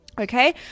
Okay